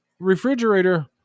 Refrigerator